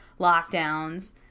lockdowns